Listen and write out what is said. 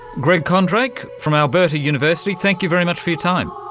greg kondrak from alberta university, thank you very much for your time.